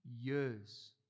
years